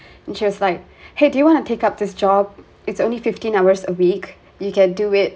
and she was like !hey! do you want to take up this job it's only fifteen hours a week you can do it